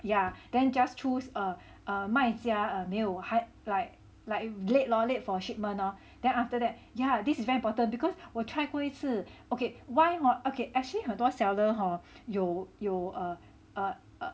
ya then just choose err 卖家没有还 late late lor late for shipment lor then after that yeah this is very important because 我 try 过一次 okay why hor okay actually ah 很多 seller hor 有有 uh uh uh